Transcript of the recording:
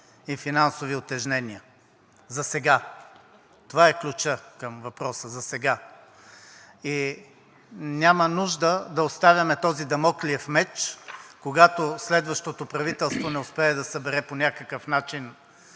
и финансови утежнения – засега. Това е ключът към въпроса – засега. И няма нужда да оставяме този дамоклев меч, когато следващото правителство не успее да събере по някакъв начин